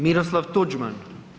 Miroslav Tuđman.